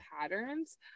patterns